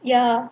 ya